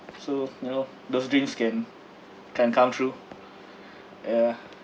so you know those dreams can can come true ya